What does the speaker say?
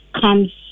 comes